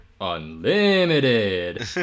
Unlimited